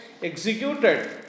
executed